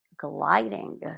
gliding